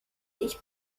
ich